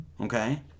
Okay